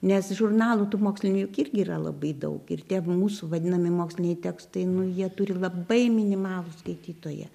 nes žurnalų tų mokslinių juk irgi yra labai daug ir tie mūsų vadinami moksliniai tekstai nu jie turi labai minimalų skaitytoją